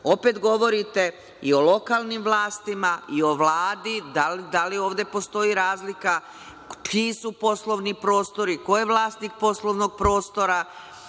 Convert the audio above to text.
Opet govorite i o lokalnim vlastima i o Vladi. Da li ovde postoji razlika čiji su poslovni prostori, ko je vlasnik poslovnog prostora,